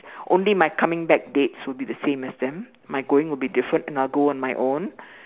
only my coming back dates will be the same as them my going will be different and I will go on my own